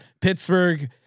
Pittsburgh